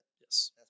Yes